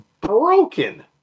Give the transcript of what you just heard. broken